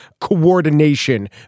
coordination